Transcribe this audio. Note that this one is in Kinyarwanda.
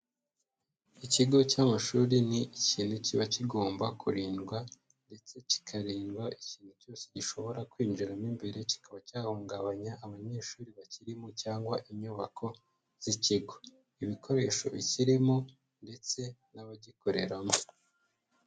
Ikigo cy'amashuri ni ikintu kiba kigomba kurindwa ndetse kikarindwa ikintu cyose gishobora kwinjiramo imbere kikaba cyahungabanya abanyeshuri bakirimo cyangwa inyubako z'ikigo, ibikoresho bikirimo ndetse n'abagikoreramo.